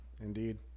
Indeed